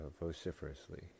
vociferously